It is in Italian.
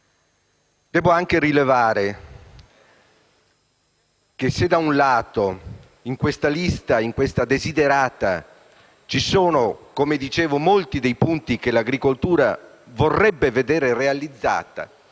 Debbo anche rilevare che se da un lato, in questa lista di *desiderata*, ci sono - come dicevo - molti dei punti che l'agricoltura vorrebbe vedere realizzati,